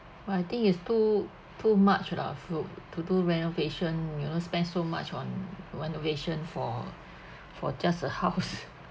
what I think is too too much lah to to do renovation you know spend so much on renovation for for just a house